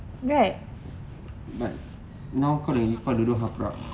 but now kau nak nak pergi haprak